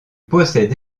possède